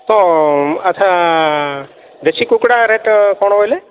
ତ ଆଚ୍ଛା ଦେଶୀ କୁକୁଡ଼ା ରେଟ୍ କ'ଣ କହିଲେ